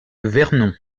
vernon